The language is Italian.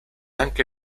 anche